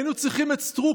היינו צריכים את סטרוק,